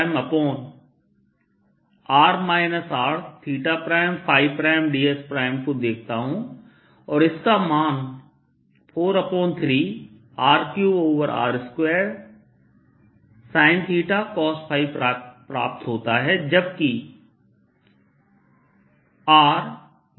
dsको देखता हूं और इसका का मान 4π3R3r2sinθ cosϕ प्राप्त होता है जबकि r≥R